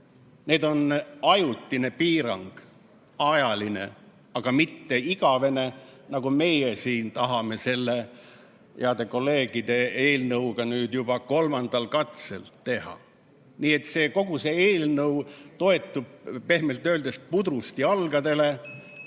see ajutine piirang, mitte igavene, nagu meie siin tahame selle heade kolleegide eelnõuga nüüd juba kolmandal katsel teha. Kogu see eelnõu toetub pehmelt öeldes pudrust jalgadele,